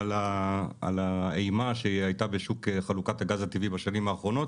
על האימה שהיא הייתה בשוק חלוקת הגז הטבעי בשנים האחרונות.